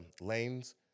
lanes